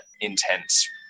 intense